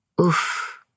Oof